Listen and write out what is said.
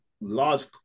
large